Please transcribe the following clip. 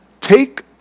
take